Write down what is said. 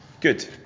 Good